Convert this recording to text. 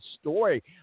story